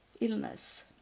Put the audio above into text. illness